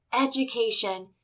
education